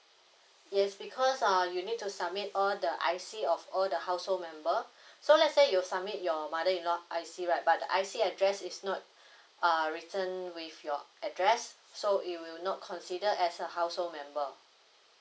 yes because uh you need to submit all the I_C of all the household member so let's say you submit your mother in law I_C right but I_C address is not err written with your address so it will not consider as a household member